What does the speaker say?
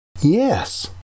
Yes